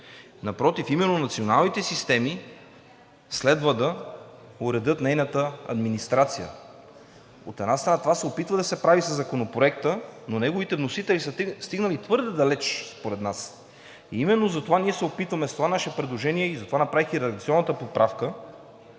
Напротив, именно националните системи следва да уредят нейната администрация. От една страна, това се опитва да се прави със Законопроекта, но неговите вносители са стигнали твърде далеч според нас и именно затова ние се опитваме с това наше предложение, затова направих и редакционната поправка,